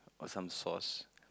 or some sauce